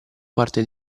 parte